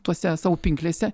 tose savo pinklėse